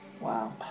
Wow